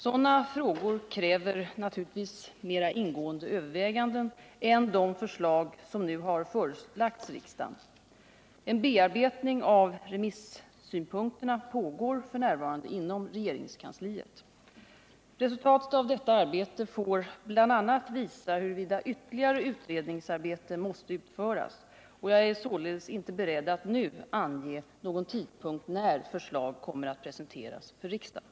Sådana frågor kräver naturligtvis mera ingående överväganden än de förslag som nu har förelagts riksdagen. En bearbetning av remissynpunkterna pågår f. n. inom regeringskansliet. Resultatet av detta arbete får bl.a. visa huruvida ytterligare utredningsarbete måste utföras. Jag är således inte beredd att nu ange någon tidpunkt när förslag kommer att presenteras för riksdagen.